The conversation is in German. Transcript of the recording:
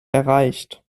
erreicht